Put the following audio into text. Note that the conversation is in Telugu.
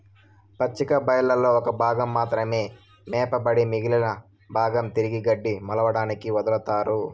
పచ్చిక బయళ్లలో ఒక భాగం మాత్రమే మేపబడి మిగిలిన భాగం తిరిగి గడ్డి మొలవడానికి వదులుతారు